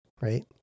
right